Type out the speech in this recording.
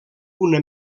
una